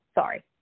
sorry